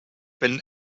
been